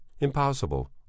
Impossible